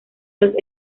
los